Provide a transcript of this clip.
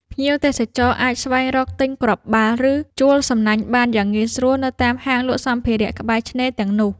ភ្ញៀវទេសចរអាចស្វែងរកទិញគ្រាប់បាល់ ឬជួលសំណាញ់បានយ៉ាងងាយស្រួលនៅតាមហាងលក់សម្ភារៈក្បែរឆ្នេរទាំងនោះ។